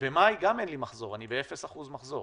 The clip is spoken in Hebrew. במאי גם אין לי מחזור, אני באפס אחוז מחזור,